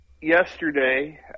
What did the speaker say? yesterday